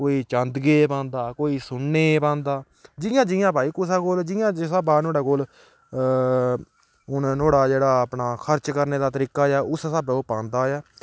कोई चांदियै दी पांदा कोई सुन्ने दी पांदा जियां जियां भाई कुसै कोल जियां जिस स्हाबा दा नोहाड़े कोल हून नोहाड़ा जेह्ड़ा अपना खर्च करने दा तरीका ऐ उस स्हाबा दा ओह् पांदा ऐ